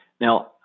Now